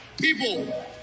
People